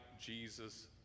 Jesus